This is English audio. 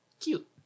Cute